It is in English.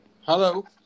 Hello